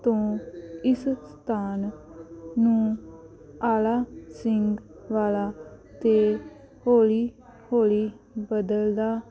ਤੋਂ ਇਸ ਸਥਾਨ ਨੂੰ ਆਲਾ ਸਿੰਘ ਵਾਲਾ ਅਤੇ ਹੌਲੀ ਹੌਲੀ ਬਦਲਦਾ